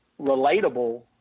relatable